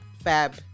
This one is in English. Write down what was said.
Fab